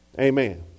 Amen